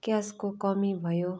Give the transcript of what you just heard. क्यासको कमी भयो